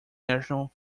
national